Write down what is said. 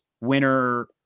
winner